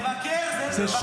לבקר זה לגיטימי.